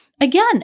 again